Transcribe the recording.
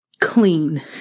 clean